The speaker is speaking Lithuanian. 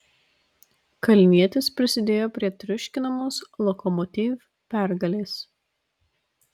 kalnietis prisidėjo prie triuškinamos lokomotiv pergalės